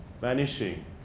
vanishing